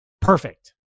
perfect